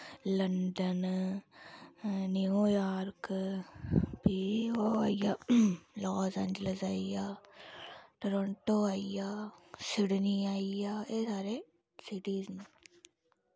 London New York फ्ही ओह् होइया लास एंजेलेस आइया टोरोंटो आइया सिडनी आइया एह् सारे सिटीज न